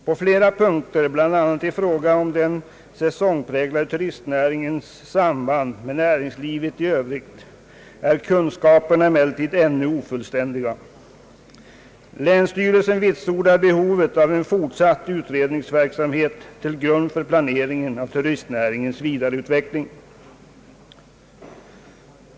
På flera punkter, bl.a. i fråga om den säsongpräglade turistnäringens samband med näringslivet i övrigt, är kunskaperna emellertid ännu «<ofullständiga. Länsstyrelsen vitsordar behovet av en fortsatt utredningsverksamhet till grund för planeringen av turistnäringens vidareutveckling.